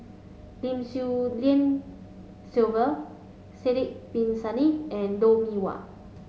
Lim Swee Lian Sylvia Sidek Bin Saniff and Lou Mee Wah